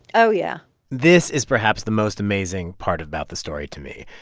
oh, yeah this is perhaps the most amazing part about the story to me.